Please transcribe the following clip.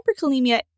hyperkalemia